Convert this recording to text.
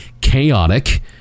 chaotic